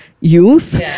youth